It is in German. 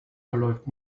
verläuft